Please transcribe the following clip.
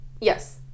Yes